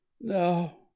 No